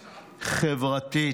חברתית.